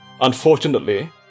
Unfortunately